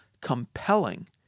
compelling